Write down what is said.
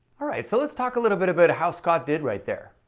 all right, so let's talk a little bit about how scott did right there.